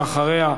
ואחריה,